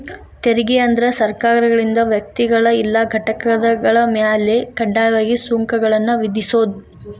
ತೆರಿಗೆ ಅಂದ್ರ ಸರ್ಕಾರಗಳಿಂದ ವ್ಯಕ್ತಿಗಳ ಇಲ್ಲಾ ಘಟಕಗಳ ಮ್ಯಾಲೆ ಕಡ್ಡಾಯವಾಗಿ ಸುಂಕಗಳನ್ನ ವಿಧಿಸೋದ್